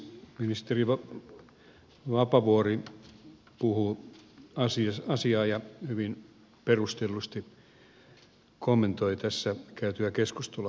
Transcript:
ministeri vapaavuori puhui asiaa ja hyvin perustellusti kommentoi tässä käytyä keskustelua